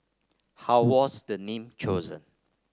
how was the name chosen